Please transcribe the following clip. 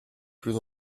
plus